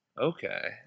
Okay